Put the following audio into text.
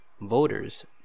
voters